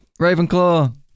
Ravenclaw